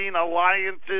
alliances